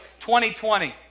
2020